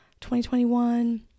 2021